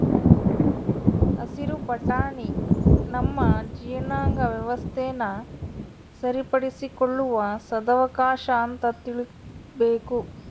ಹಸಿರು ಬಟಾಣಿ ನಮ್ಮ ಜೀರ್ಣಾಂಗ ವ್ಯವಸ್ಥೆನ ಸರಿಪಡಿಸಿಕೊಳ್ಳುವ ಸದಾವಕಾಶ ಅಂತ ತಿಳೀಬೇಕು